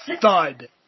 thud